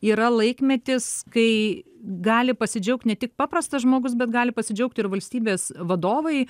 yra laikmetis kai gali pasidžiaugt ne tik paprastas žmogus bet gali pasidžiaugt ir valstybės vadovai